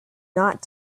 not